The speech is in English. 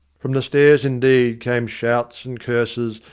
from the stairs, indeed, came shouts and curses,